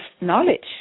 knowledge